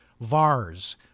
VARS